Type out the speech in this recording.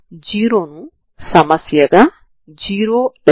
కాబట్టి ఈ ప్రారంభ విలువలు u1x0f u1tx0g అవుతాయి